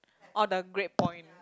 all the great point